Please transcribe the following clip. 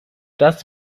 das